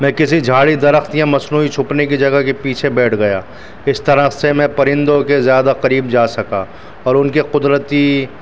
میں کسی جھاڑی درخت یا مصنوعی چھپنے کی جگہ کے پیچھے بیٹھ گیا اس طرح سے میں پرندوں کے زیادہ قریب جا سکا اور ان کے قدرتی